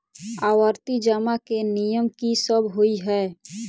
आवर्ती जमा केँ नियम की सब होइ है?